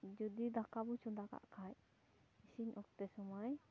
ᱡᱩᱫᱤ ᱫᱟᱠᱟ ᱵᱚ ᱪᱚᱸᱫᱟ ᱠᱟᱜ ᱠᱷᱟᱱ ᱤᱥᱤᱱ ᱚᱠᱛᱮ ᱥᱳᱢᱳᱭ